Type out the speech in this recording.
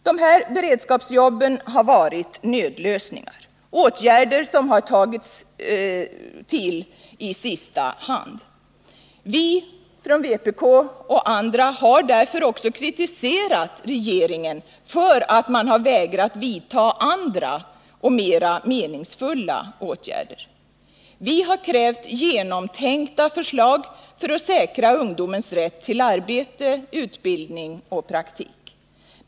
Dessa beredskapsjobb har varit nödlösningar —- åtgärder som vidtagits i sista hand. Vi från vpk och andra har därför också kritiserat regeringen för att man vägrat vidta andra och mer meningsfulla åtgärder. Vi har krävt genomtänkta förslag för att säkra ungdomens rätt till arbete, utbildning och praktik.